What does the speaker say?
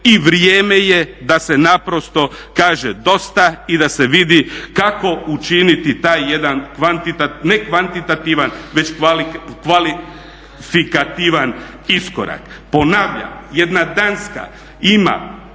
i vrijeme je da se naprosto kaže dosta i da se vidi kako učiniti taj jedan ne kvantitativan već kvalifikativan iskorak. Ponavljam, jedna Danska ima